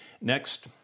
Next